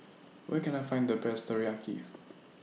Where Can I Find The Best Teriyaki